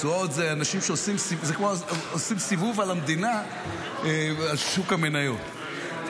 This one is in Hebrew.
זה אנשים שעושים סיבוב על המדינה, שוק המניות.